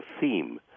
theme